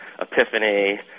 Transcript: epiphany